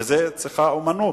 וזו אמנות.